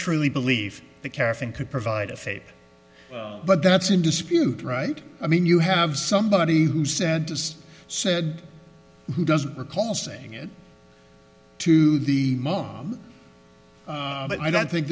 truly believe the caffein could provide a favor but that's in dispute right i mean you have somebody who said just said he doesn't recall saying it to the mom but i